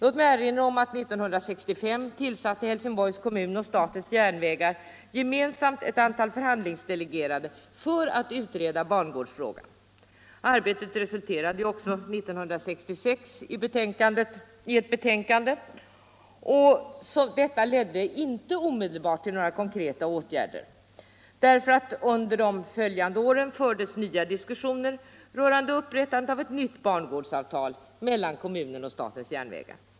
Låt mig erinra om att 1965 tillsatte Helsingborgs kommun och statens järnvägar gemensamt ett antal förhandlingsdelegerade för att utreda bangårdsfrågan. Arbetet resulterade också 1966 i ett betänkande. Detta ledde inte omedelbart till några konkreta åtgärder därför att under de följande åren fördes nya diskussioner rörande upprättande av ett nytt bangårdsavtal mellan kommunen och statens järnvägar.